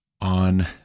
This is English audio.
on